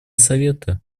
совета